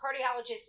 cardiologist